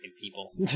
people